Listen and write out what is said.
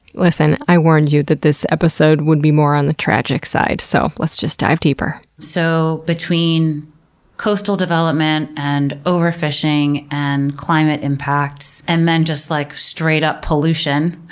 listen, i warned you that this episode would be more on the tragic side, so let's just dive deeper. so, between coastal development and overfishing and climate impacts and then just like straight up pollution,